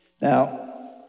Now